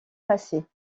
passées